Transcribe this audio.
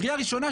קריאה ראשונה,